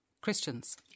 Christians